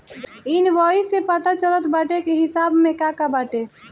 invoice से पता चलत बाटे की हिसाब में का का बाटे